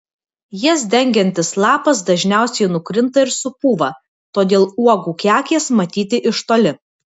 jas dengiantis lapas dažniausiai nukrinta ir supūva todėl uogų kekės matyti iš toli